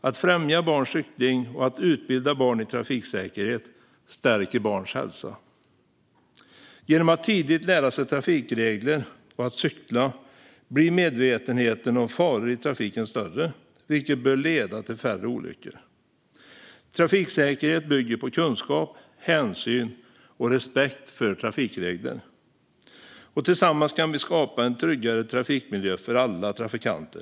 Att främja barns cykling och att utbilda barn i trafiksäkerhet stärker barns hälsa. Genom att tidigt lära sig trafikregler och att cykla blir man mer medveten om faror i trafiken, vilket bör leda till färre olyckor. Trafiksäkerhet bygger på kunskap, hänsyn och respekt för trafikregler. Tillsammans kan vi skapa en tryggare trafikmiljö för alla trafikanter.